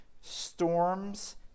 Storms